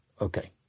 okay